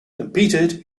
competed